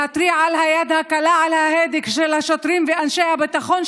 להתריע על היד הקלה על ההדק של השוטרים ואנשי הביטחון,